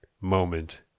moment